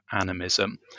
animism